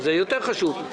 זה יותר חשוב.